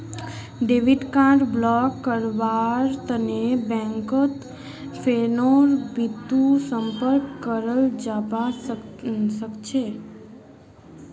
debit card block करव्वार तने बैंकत फोनेर बितु संपर्क कराल जाबा सखछे